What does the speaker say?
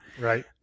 Right